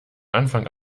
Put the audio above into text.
anfang